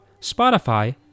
Spotify